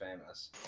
famous